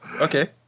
Okay